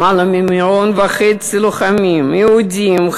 למעלה ממיליון וחצי לוחמים יהודים,